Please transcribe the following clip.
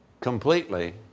completely